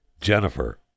jennifer